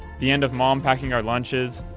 the end of mom packing our lunches.